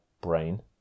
Brain